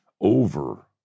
over